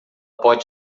pode